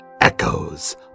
Echoes